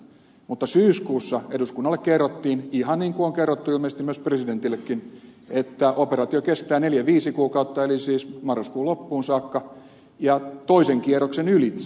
mutta syyskuussa eduskunnalle kerrottiin ihan niin kuin on kerrottu ilmeisesti presidentillekin että operaatio kestää neljä viisi kuukautta eli siis marraskuun loppuun saakka ja toisen kierroksen ylitse